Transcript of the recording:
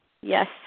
Yes